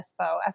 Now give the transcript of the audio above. Espo